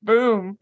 Boom